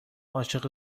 عاشق